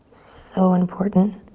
so important.